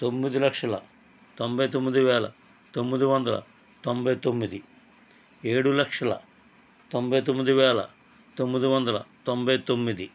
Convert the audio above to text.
తొమ్మిది లక్షల తొంభై తొమ్మిది వేల తొమ్మిది వందల తొంభై తొమ్మిది ఏడు లక్షల తొంభై తొమ్మిది వేల తొమ్మిది వందల తొంభై తొమ్మిది